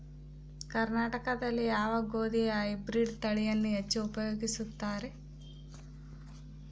ಕರ್ನಾಟಕದಲ್ಲಿ ಯಾವ ಗೋಧಿಯ ಹೈಬ್ರಿಡ್ ತಳಿಯನ್ನು ಹೆಚ್ಚು ಉಪಯೋಗಿಸುತ್ತಾರೆ?